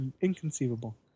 Inconceivable